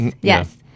yes